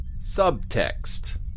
Subtext